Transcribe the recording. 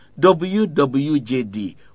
wwjd